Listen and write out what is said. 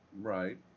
Right